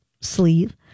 sleeve